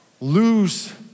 lose